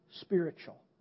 Spiritual